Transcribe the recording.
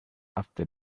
after